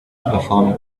performing